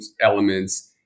elements